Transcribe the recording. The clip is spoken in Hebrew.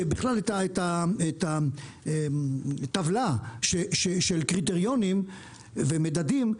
שבכלל את הטבלה של קריטריונים ומדדים,